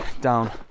down